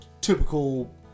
typical